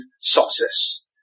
success